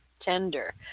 tender